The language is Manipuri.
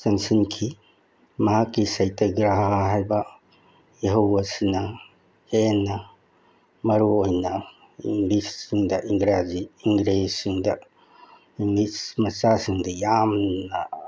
ꯆꯪꯁꯤꯟꯈꯤ ꯃꯍꯥꯛꯀꯤ ꯁꯩꯇꯒ꯭ꯔꯍꯥ ꯍꯥꯏꯕ ꯏꯍꯧ ꯑꯁꯤꯅ ꯍꯦꯟꯅ ꯃꯔꯨ ꯑꯣꯏꯅ ꯏꯪꯂꯤꯁꯁꯤꯡꯗ ꯏꯪꯒ꯭ꯔꯥꯖꯤ ꯑꯪꯒ꯭ꯔꯦꯖꯁꯤꯡꯗ ꯏꯪꯂꯤꯁ ꯃꯆꯥꯁꯤꯡꯗ ꯌꯥꯝꯅ